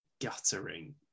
Guttering